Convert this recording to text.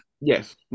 Yes